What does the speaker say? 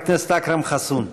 חבר הכנסת אכרם חסון.